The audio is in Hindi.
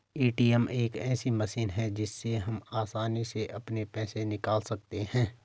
ए.टी.एम एक ऐसी मशीन है जिससे हम आसानी से अपने पैसे निकाल सकते हैं